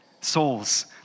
Souls